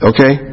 Okay